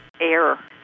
air